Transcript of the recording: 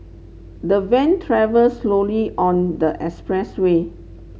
the van travel slowly on the expressway